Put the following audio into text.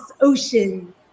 ocean